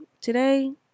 today